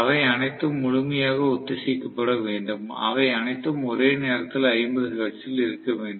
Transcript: அவை அனைத்தும் முழுமையாக ஒத்திசைக்கப்பட வேண்டும் அவை அனைத்தும் ஒரே நேரத்தில் 50 ஹெர்ட்ஸில் இருக்க வேண்டும்